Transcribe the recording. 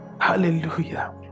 Hallelujah